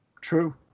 True